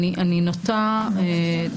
מאריך את התקופות.